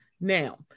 now